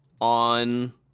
on